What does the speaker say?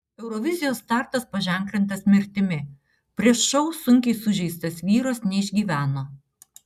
eurovizijos startas paženklintas mirtimi prieš šou sunkiai sužeistas vyras neišgyveno